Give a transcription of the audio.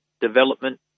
development